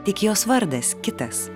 tik jos vardas kitas